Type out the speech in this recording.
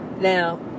now